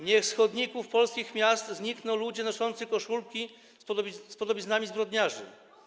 Niech z chodników polskich miast znikną ludzie noszący koszulki z podobiznami zbrodniarzy.